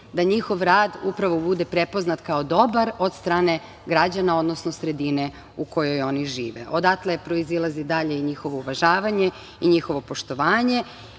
da njihov rad upravo bude prepoznat kao dobar od strane građana, odnosno sredine u kojoj oni žive. Odatle proizilazi dalje i njihovo uvažavanje i njihovo poštovanje. Sudije